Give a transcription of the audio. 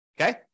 Okay